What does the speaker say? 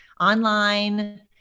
online